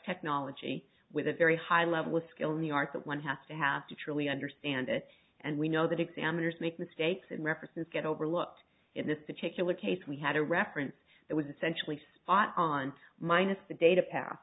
technology with a very high level of skill in the art that one has to have to truly understand it and we know that examiners make mistakes and references get overlooked in this particular case we had a reference that was essentially spot on minus the data path